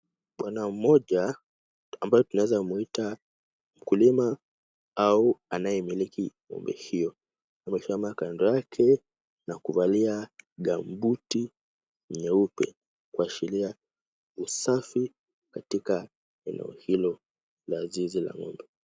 Bwana mmoja ambaye tunaweza mwita mkulima au anayemiliki ng'ombe hiyo amesimama kando yake na kuvalia gumboot nyeupe kuashiria usafi katika eneo hilo la zizi la ng'ombe.